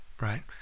right